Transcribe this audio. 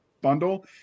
bundle